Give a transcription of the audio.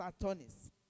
attorneys